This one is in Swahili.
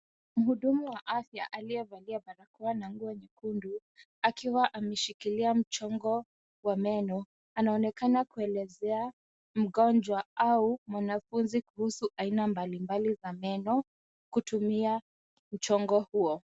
Mhudumu wa afya aliyevalia barakoa na nguo nyekundu akiwa ameshikilia mchongo wa meno anaonekana kuelezea mgonjwa au mwanafunzi kuhusu aina mbalimbali za meno kutumia mchongo huo.